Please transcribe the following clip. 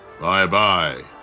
Bye-bye